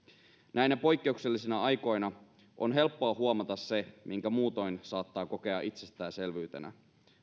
näinä poikkeuksellisina aikoina on helppoa huomata se minkä muutoin saattaa kokea itsestäänselvyytenä